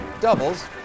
doubles